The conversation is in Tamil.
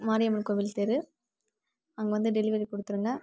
மாரியம்மன் கோயில் தெரு அங்கே வந்து டெலிவெரி கொடுத்துருங்க